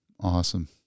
Awesome